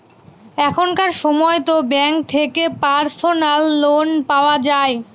এখনকার সময়তো ব্যাঙ্ক থেকে পার্সোনাল লোন পাওয়া যায়